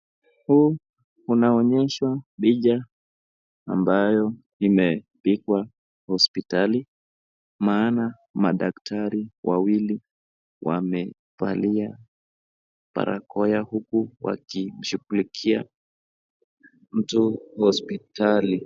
Huu unaonyesha picha ambayo imepigwa hospitali, maana madaktari wawili wamevalia barakoa huku wakishughulikia mtu hospitali.